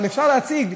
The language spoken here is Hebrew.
אבל אפשר להציג,